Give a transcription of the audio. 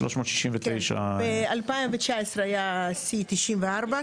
ב-2019 היה שיא 94,